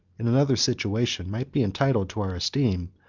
in another situation, might be entitled to our esteem,